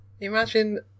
Imagine